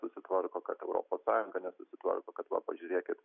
susitvarko kad europos sąjunga nesusitvarko kad va pažiūrėkit